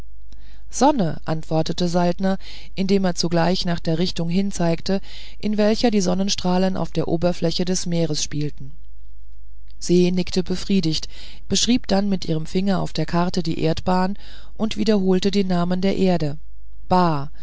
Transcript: sonne antwortete saltner indem er zugleich nach der richtung hinzeigte in welcher die sonnenstrahlen auf der oberfläche des meeres spielten se nickte befriedigt beschrieb dann mit ihrem finger auf der karte die erdbahn und wiederholte den namen der erde ba